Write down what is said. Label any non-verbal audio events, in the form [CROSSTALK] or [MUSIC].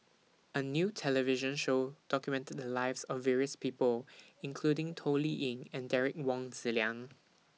[NOISE] A New television Show documented The Lives of various People including Toh Liying and Derek Wong Zi Liang